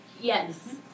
Yes